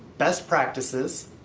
best practices,